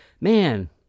Man